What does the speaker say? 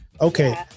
Okay